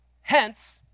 Hence